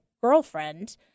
girlfriend